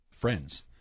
friends